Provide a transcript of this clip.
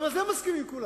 גם על זה מסכימים כולם.